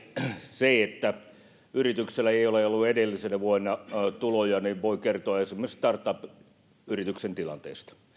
se että yrityksellä ei ei ole ollut edellisenä vuonna tuloja voi kertoa esimerkiksi startup yrityksen tilanteesta